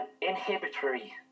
inhibitory